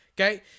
okay